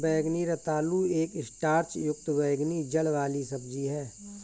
बैंगनी रतालू एक स्टार्च युक्त बैंगनी जड़ वाली सब्जी है